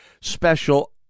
special